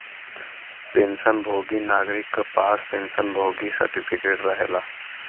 pension भोगी नागरिक क पास पेंशन भोगी सर्टिफिकेट रहेला